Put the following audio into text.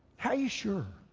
how are you sure?